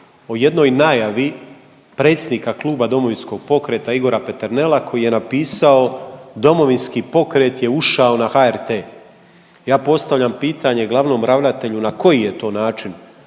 o jednoj najavi predsjednika Kluba Domovinskog pokreta Igora Peternela koji je napisao Domovinski pokret je ušao na HRT. Ja postavljam pitanje glavnom ravnatelju na koji je to način